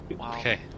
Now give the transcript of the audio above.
Okay